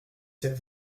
sait